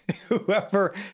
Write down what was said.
Whoever